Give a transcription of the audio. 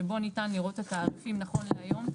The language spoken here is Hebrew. שבו ניתן לראות את התעריפים נכון להיום,